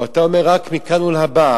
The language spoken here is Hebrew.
או שאתה אומר: רק מכאן ולהבא,